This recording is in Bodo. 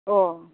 अह